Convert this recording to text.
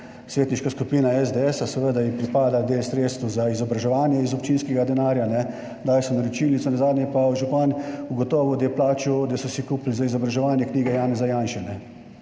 svetniška skupina SDS, seveda ji pripada del sredstev za izobraževanje iz občinskega denarja, dali so naročilnico, nazadnje je pa župan ugotovil, da je plačal, da so si kupili za izobraževanje knjige Janeza Janše.